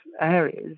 areas